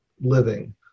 living